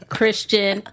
Christian